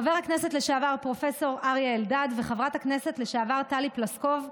חבר הכנסת לשעבר פרופ' אריה אלדד וחברת כנסת לשעבר טלי פלסקוב,